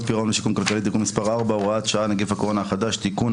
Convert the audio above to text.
פירעון ושיקום כלכלי תיקון מספר 4 הוראת שעה נגיף הקורונה החדש תיקון,